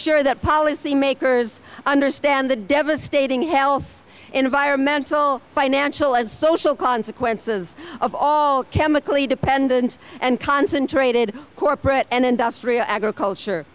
sure that policy makers understand the devastating health environmental financial and social consequences of all chemically dependent and concentrated corporate and industrial agriculture